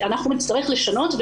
שאנחנו נצטרך לשנות,